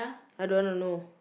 I don't wanna know